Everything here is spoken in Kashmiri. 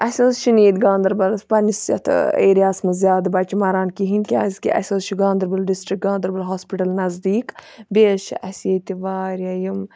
اَسہِ حظ چھِن یَتہِ گاندَربَلَس پَننِس یَتھ ایریاہَس مَنٛز زیادٕ بَچہٕ مَران کِہنۍ کیازکہِ اَسہِ حظ چھُ گاندَربَل ڈِسٹرک گاندَربَل ہوسپِٹَل نَزدیٖک بییٚہِ حظ چھِ اَسہِ ییٚتہِ واریاہ یِم